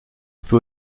peut